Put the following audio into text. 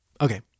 Okay